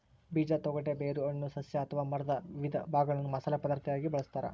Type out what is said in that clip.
ಬೀಜ ತೊಗಟೆ ಬೇರು ಹಣ್ಣು ಸಸ್ಯ ಅಥವಾ ಮರದ ವಿವಿಧ ಭಾಗಗಳನ್ನು ಮಸಾಲೆ ಪದಾರ್ಥವಾಗಿ ಬಳಸತಾರ